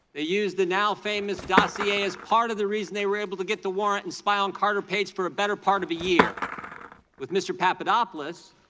they used the now-famous dossier as part of the reason they were able to get the warrant and spy on carter page for a better part of a year with mr. papadopoulos,